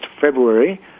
february